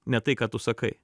ne tai ką tu sakai